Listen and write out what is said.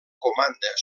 comanda